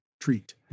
treat